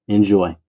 Enjoy